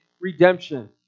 redemption